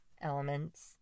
elements